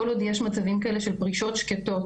כל עוד יש מצבים כאלה של פרישות שקטות,